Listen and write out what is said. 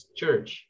church